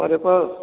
अरे पर